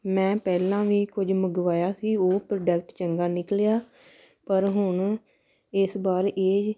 ਮੈਂ ਪਹਿਲਾਂ ਵੀ ਕੁੱਝ ਮੰਗਵਾਇਆ ਸੀ ਉਹ ਪ੍ਰੋਡਕਟ ਚੰਗਾ ਨਿਕਲਿਆ ਪਰ ਹੁਣ ਇਸ ਵਾਰ ਇਹ